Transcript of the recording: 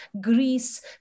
Greece